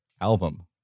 album